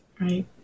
Right